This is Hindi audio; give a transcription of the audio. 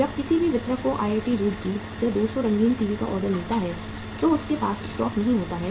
जब किसी भी वितरक को आईआईटी रुड़की से 200 रंगीन टीवी का ऑर्डर मिलता है तो उसके पास स्टॉक नहीं होता है